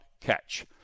catch